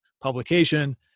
publication